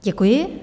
Děkuji.